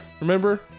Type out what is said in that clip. Remember